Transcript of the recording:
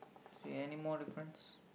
see anymore difference